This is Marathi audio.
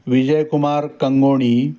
विजयकुमार कंगोणी